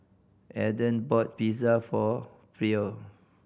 Aedan bought Pizza for Pryor